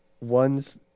ones